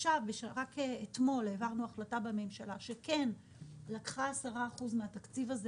רק אתמול העברנו החלטה בממשלה שלקחה 10% מהתקציב הזה